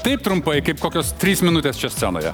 taip trumpai kaip kokios trys minutės čia scenoje